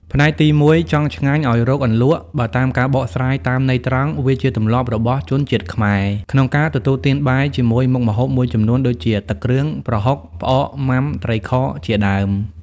ផ្នែកទី១ «ចង់ឆ្ងាញ់ឱ្យរកអន្លក់» បើតាមការបកស្រាយតាមន័យត្រង់ វាជាទម្លាប់របស់ជនជាតិខ្មែរ ក្នុងការទទួលទានបាយជាមួយមុខម្ហូបមួយចំនួន ដូចជា ទឹកគ្រឿង ប្រហុក ផ្អក ម៉ាំ ត្រីខ ជាដើម។